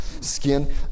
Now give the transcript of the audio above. skin